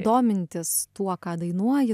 domintis tuo ką dainuoji